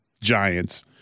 giants